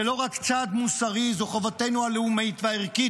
זה לא רק צעד מוסרי, זו חובתנו הלאומית והערכית,